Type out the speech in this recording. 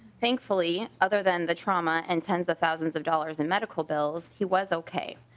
thankfully other than the trauma and tens of thousands of dollars in medical bills he was okay.